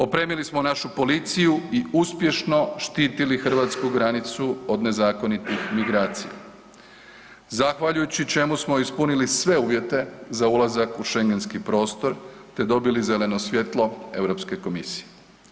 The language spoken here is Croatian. Opremili smo našu policiju i uspješno štitili hrvatsku granicu od nezakonitih migracija zahvaljujući čemu smo ispunili sve uvjete za ulazak u šengenski prostor te dobili zeleno svjetlo EU komisije.